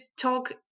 talk